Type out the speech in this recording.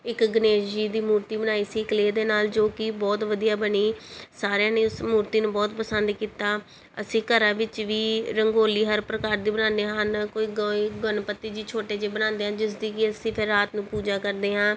ਇੱਕ ਗਣੇਸ਼ ਜੀ ਦੀ ਮੂਰਤੀ ਬਣਾਈ ਸੀ ਕਲੇਅ ਦੇ ਨਾਲ ਜੋ ਕਿ ਬਹੁਤ ਵਧੀਆ ਬਣੀ ਸਾਰਿਆਂ ਨੇ ਉਸ ਮੂਰਤੀ ਨੂੰ ਬਹੁਤ ਪਸੰਦ ਕੀਤਾ ਅਸੀਂ ਘਰਾਂ ਵਿੱਚ ਵੀ ਰੰਗੋਲੀ ਹਰ ਪ੍ਰਕਾਰ ਦੀ ਬਣਾਉਂਦੇ ਹਨ ਕੋਈ ਗਾਏ ਗਣਪਤੀ ਜੀ ਛੋਟੇ ਜਿਹੇ ਬਣਾਉਂਦੇ ਹਨ ਜਿਸ ਦੀ ਕਿ ਅਸੀਂ ਫਿਰ ਰਾਤ ਨੂੰ ਪੂਜਾ ਕਰਦੇ ਹਾਂ